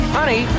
Honey